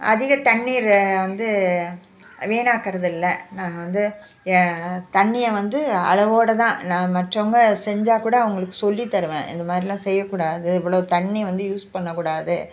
அதிக தண்ணீரை வந்து வீணாக்கறதில்லை நாங்கள் வந்து ஏ தண்ணிய வந்து அளவோட தான் நான் மற்றவங்க செஞ்சால் கூட அவங்களுக்கு சொல்லி தருவேன் இந்த மாதிரிலாம் செய்யக்கூடாது இவ்வளோ தண்ணி வந்து யூஸ் பண்ணக்கூடாது